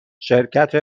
شرکت